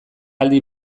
aldi